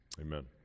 Amen